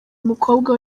mukobwa